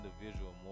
individual